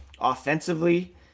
offensively